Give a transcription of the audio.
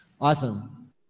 Awesome